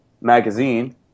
magazine